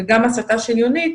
וגם הסטה שניונית,